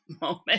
moment